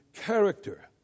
character